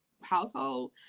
household